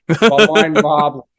Bob